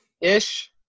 Ish